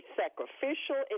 sacrificial